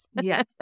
Yes